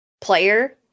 player